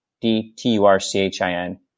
d-t-u-r-c-h-i-n